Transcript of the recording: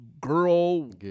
girl